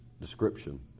description